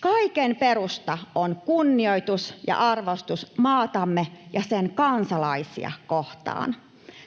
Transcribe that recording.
Kaiken perusta on kunnioitus ja arvostus maatamme ja sen kansalaisia kohtaan.